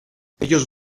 ellos